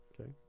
Okay